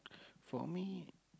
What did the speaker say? for me